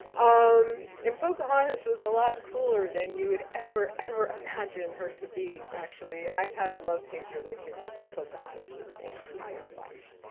um and pocahontas was a lot cooler than you would ever, ever imagine her to be actually and i've had a love-hate relationship with pocahontas for my entire life